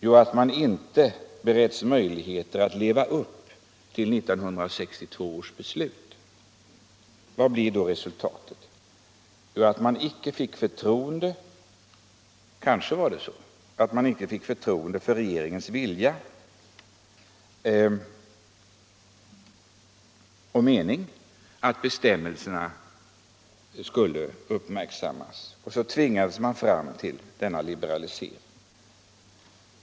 Jo, att man inte bereddes möjlighet att leva upp till 1962 års beslut. Vad blev då resultatet? Jo — kanske var det så — att man inte fick förtroende för regeringens vilja och mening att bestämmelserna skulle uppmärksammas. Så tvingades man till denna liberalisering.